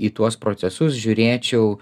į tuos procesus žiūrėčiau